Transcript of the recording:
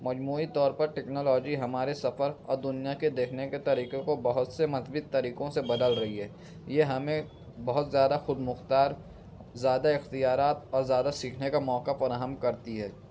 مجموعی طور پر ٹیکنالوجی ہمارے سفر دنیا کے دیکھنے کے طریقے کو بہت سے مثبت طریقوں سے بدل رہی ہے یہ ہمیں بہت زیادہ خودمختار زیادہ اختیارات اور زیادہ سیکھنے کا موقع فراہم کرتی ہے